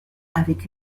avec